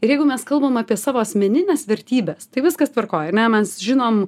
ir jeigu mes kalbam apie savo asmenines vertybes tai viskas tvarkoj ar ne mes žinom